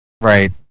Right